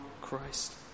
Christ